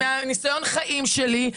מניסיון החיים שלי,